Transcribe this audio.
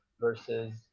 versus